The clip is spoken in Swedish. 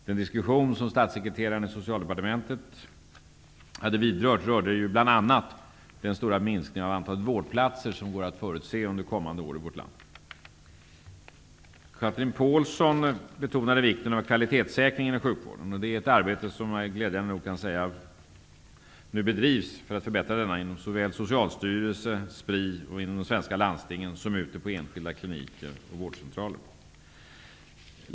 Den diskussion som statssekreteraren i Socialdepartementet hade vidrört rörde ju bl.a. den stora minskningen av antalet vårdplatser i vårt land som går att förutse under kommande år. Chatrine Pålsson betonade vikten av kvalitetssäkringen i sjukvården. Jag kan glädjande nog säga att ett arbete för att förbättra kvaliteten nu bedrivs såväl inom Socialstyrelsen, SPRI och de svenska landstingen som ute på enskilda kliniker och vårdcentraler.